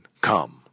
come